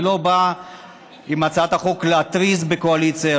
אני לא בא עם הצעת החוק להתריס מול הקואליציה,